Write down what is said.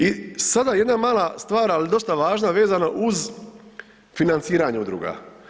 I sada jedna mala stvar, al dosta važna vezana uz financiranje udruga.